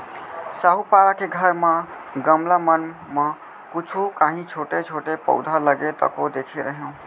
साहूपारा के घर म गमला मन म कुछु कॉंहीछोटे छोटे पउधा लगे तको देखे रेहेंव